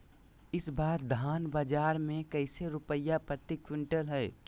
इस बार धान बाजार मे कैसे रुपए प्रति क्विंटल है?